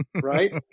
right